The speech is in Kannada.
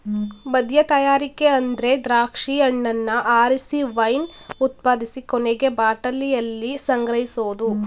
ಮದ್ಯತಯಾರಿಕೆ ಅಂದ್ರೆ ದ್ರಾಕ್ಷಿ ಹಣ್ಣನ್ನ ಆರಿಸಿ ವೈನ್ ಉತ್ಪಾದಿಸಿ ಕೊನೆಗೆ ಬಾಟಲಿಯಲ್ಲಿ ಸಂಗ್ರಹಿಸೋದು